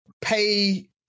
pay